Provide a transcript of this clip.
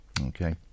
Okay